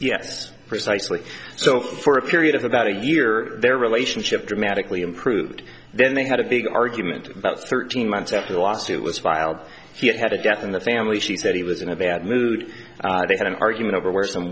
yes precisely so for a period of about a year their relationship dramatically improved then they had a big argument about thirteen months after the lawsuit was filed he had had a death in the family she said he was in a bad mood they had an argument over where some